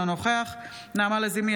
אינו נוכח נעמה לזימי,